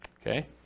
Okay